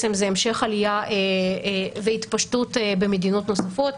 המשך עלייה והתפשטות במדינות נוספות,